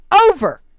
over